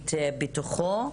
שוויונית בתוכו.